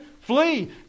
flee